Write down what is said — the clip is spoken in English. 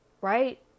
Right